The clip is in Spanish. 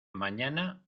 mañana